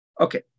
Okay